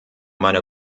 meiner